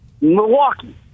Milwaukee